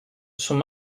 sont